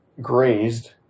grazed